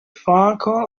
falcon